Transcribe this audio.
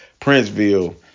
Princeville